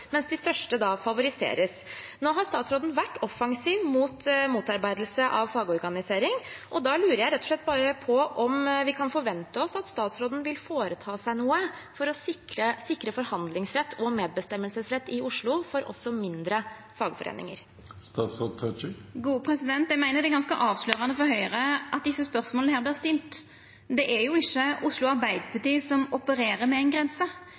mens de største favoriseres. Nå har statsråden vært offensiv mot motarbeidelse av fagorganisering, og da lurer jeg rett og slett bare på om vi kan forvente oss at statsråden vil foreta seg noe for å sikre forhandlingsrett og medbestemmelsesrett i Oslo for også mindre fagforeninger. Eg meiner det er ganske avslørande for Høgre at desse spørsmåla vert stilte. Det er jo ikkje Oslo Arbeidarparti som opererer med ei grense;